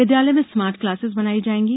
विद्यालय में smart classes बनाई जाएंगी